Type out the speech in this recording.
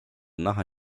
naha